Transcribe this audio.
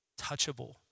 touchable